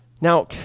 Now